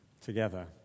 together